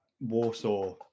Warsaw